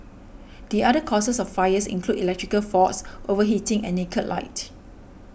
the other causes of fires include electrical faults overheating and naked light